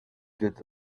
did